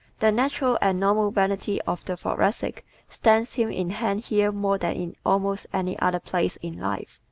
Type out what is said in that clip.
the natural and normal vanity of the thoracic stands him in hand here more than in almost any other place in life.